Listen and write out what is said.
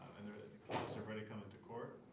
and the case has already come into court.